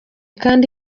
kandi